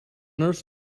earth